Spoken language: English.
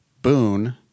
boon